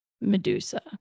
Medusa